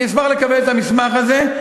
אני אשמח לקבל את המסמך הזה,